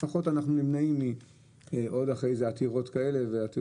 לפחות אנחנו נמנעים מעוד עתירות כאלה ואחרות.